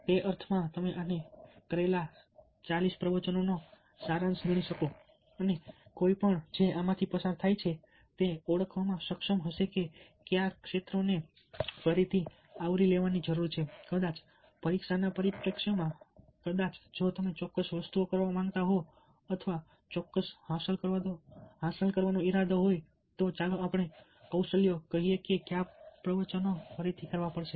તે અર્થમાં તમે આને અમે કરેલા તમામ 40 પ્રવચનોનો સારાંશ ગણી શકો છો અને કોઈપણ જે આમાંથી પસાર થાય છે તે ઓળખવામાં સક્ષમ હશે કે કયા ક્ષેત્રોને ફરીથી આવરી લેવાની જરૂર છે કદાચ પરીક્ષાના પરિપ્રેક્ષ્યમાં કદાચ જો તમે ચોક્કસ વસ્તુઓ કરવા માંગતા હો અથવા ચોક્કસ હાંસલ કરવાનો ઈરાદો ધરાવતા હોવ તો ચાલો આપણે કૌશલ્યો કહીએ કે કયા પ્રવચનો ફરીથી કરવા પડશે